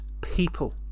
people